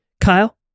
kyle